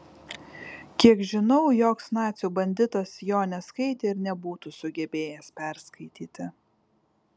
kiek žinau joks nacių banditas jo neskaitė ir nebūtų sugebėjęs perskaityti